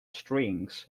strings